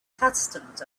customs